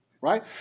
right